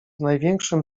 największym